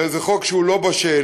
על איזה חוק שהוא לא בשל,